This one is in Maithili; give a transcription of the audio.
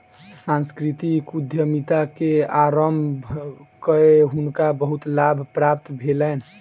सांस्कृतिक उद्यमिता के आरम्भ कय हुनका बहुत लाभ प्राप्त भेलैन